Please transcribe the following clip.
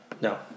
No